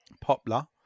Poplar